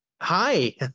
hi